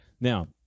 Now